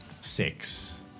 six